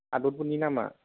हादरफोरनि नामा